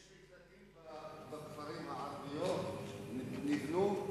יש מקלטים בכפרים הערביים, נבנו,